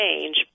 change